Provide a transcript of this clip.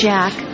Jack